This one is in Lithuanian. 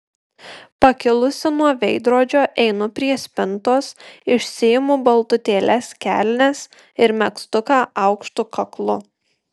pakilusi nuo veidrodžio einu prie spintos išsiimu baltutėles kelnes ir megztuką aukštu kaklu